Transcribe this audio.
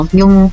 yung